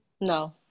No